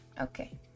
Okay